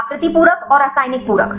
आकृति पूरक और रासायनिक पूरक